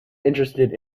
interested